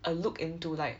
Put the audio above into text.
a look into like